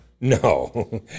No